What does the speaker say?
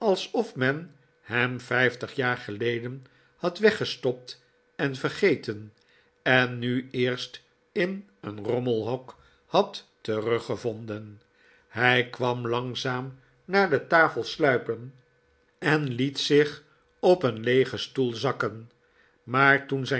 alsof men hem vijftig jaar geleden bad weggestopt en vergeten en nu eerst in een rommelhok had teruggevonden hij kwam langzaam naar de tafel sluipen en liet zich op een leegen stoel zakken maar toen zijn